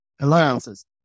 alliances